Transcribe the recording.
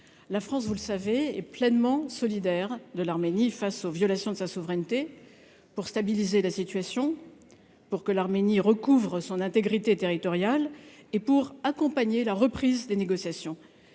la France, vous le savez est pleinement solidaire de l'Arménie face aux violations de sa souveraineté pour stabiliser la situation pour que l'Arménie recouvre son intégrité territoriale et pour accompagner la reprise des négociations